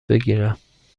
بگیرم